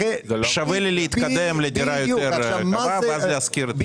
שווה לי להתקדם לדירה יותר --- בדיוק.